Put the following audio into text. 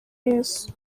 yesu